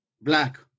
Black